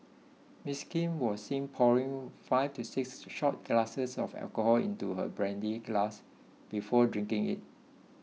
Ms Kim was seen pouring five to six shot glasses of alcohol into her brandy glass before drinking it